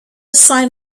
sign